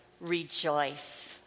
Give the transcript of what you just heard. rejoice